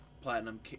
Platinum